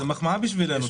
זו מחמאה בשבילנו.